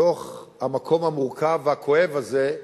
בתוך המקום המורכב והכואב הזה,